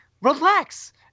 relax